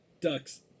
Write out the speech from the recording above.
Ducks